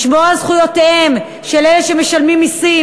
לשמור על זכויותיהם של אלה שמשלמים מסים,